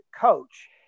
coach